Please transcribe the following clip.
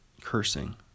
cursing